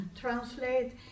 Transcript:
translate